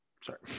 Sorry